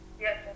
Yes